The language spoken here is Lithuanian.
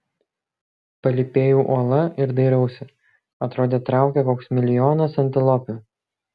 palypėju uola ir dairausi atrodė traukia koks milijonas antilopių